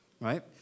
right